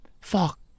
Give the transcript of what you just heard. Fuck